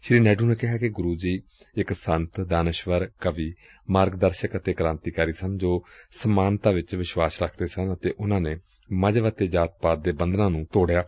ਸ੍ਰੀ ਨਾਇਡੂ ਨੇ ਕਿਹਾ ਕਿ ਗੁਰੂ ਜੀ ਇਕ ਸੰਤ ਦਾਨਸ਼ਵਰ ਕਵੀ ਮਾਰਗ ਦਰਸ਼ਨ ਅਤੇ ਕਰਾਂਤੀਕਾਰੀ ਸਨ ਜੋ ਸਮਾਨਤਾ ਵਿਚ ਵਿਸ਼ਵਾਸ ਰਖਦੇ ਸਨ ਅਤੇ ਉਨੂਾ ਨੇ ਮਜੂਬ ਤੇ ਜਾਤ ਪਾਤ ਦੇ ਬੰਧਨਾਂ ਨੁੰ ਤੋਤਿਆ